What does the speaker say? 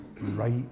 right